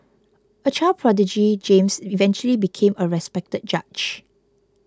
a child prodigy James eventually became a respected judge